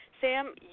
Sam